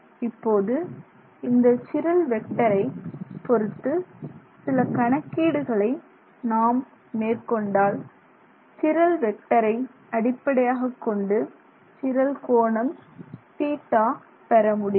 இப்போது இந்த சிரல் வெக்டரை பொருத்து சில கணக்கீடுகளை நாம் மேற்கொண்டால் ரல் வெக்டரை அடிப்படையாகக்கொண்டு சிரல் கோணம் θ பெற முடியும்